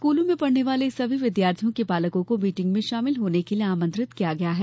स्कूलों में पढ़ने वाले सभी विद्यार्थियों के पालकों को मीटिंग में शामिल होने के लिए आमंत्रित किया गया है